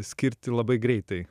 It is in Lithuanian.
skirti labai greitai